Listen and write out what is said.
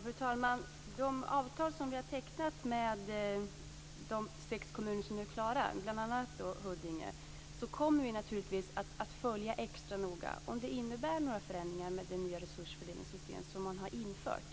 Fru talman! De avtal som vi har tecknat med de sex kommuner som nu är klara, bl.a. Huddinge, kommer vi naturligtvis att följa extra noga, om det innebär några förändringar med det nya resursfördelningssystem som man har infört.